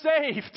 saved